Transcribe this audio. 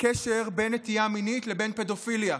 בין נטייה מינית לבין פדופיליה.